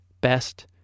Best